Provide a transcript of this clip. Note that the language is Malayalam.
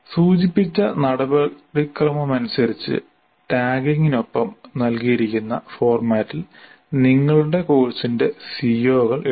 സൂചിപ്പിച്ച നടപടിക്രമമനുസരിച്ച് ടാഗിംഗിനൊപ്പം നൽകിയിരിക്കുന്ന ഫോർമാറ്റിൽ നിങ്ങളുടെ കോഴ്സിന്റെ CO കൾ എഴുതുക